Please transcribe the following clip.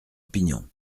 opinion